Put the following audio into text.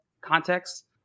context